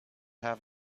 have